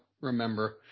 remember